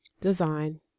design